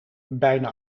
bijna